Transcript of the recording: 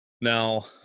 Now